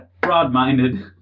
Broad-minded